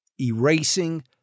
erasing